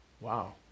wow